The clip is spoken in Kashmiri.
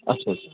اچھا